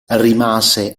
rimase